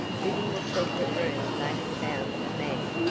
within the secret room they had found a man,